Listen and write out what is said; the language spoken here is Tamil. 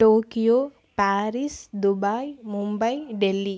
Tokyo Paris Dubai Mumbai Delhi